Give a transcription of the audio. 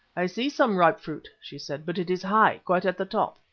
i see some ripe fruit, she said, but it is high, quite at the top.